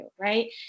Right